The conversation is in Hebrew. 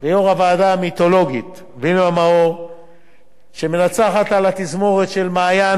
למנהלת הוועדה המיתולוגית וילמה מאור שמנצחת על התזמורת של מעיין,